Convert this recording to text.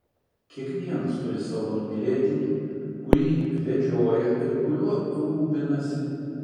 kiekvienas turi savo numylėtinį kurį vedžioja ir kuriuo rūpinasi